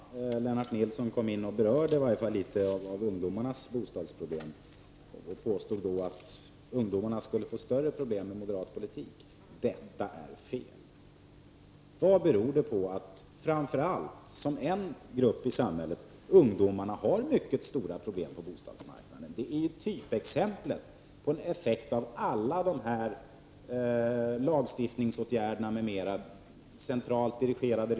Fru talman! Lennart Nilsson berörde i alla fall litet av ungdomarnas bostadsproblem. Han påstod att ungdomarna skulle få större problem, om det fördes en moderat politik. Detta är felaktigt. Vad beror det på att framför allt en grupp, ungdomar, har mycket stora problem på bostadsmarknaden? Här har vi en typeffekt av alla regler m.m. som innebär centraldirigering.